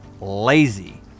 lazy